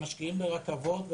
הם משקיעים ברכבות,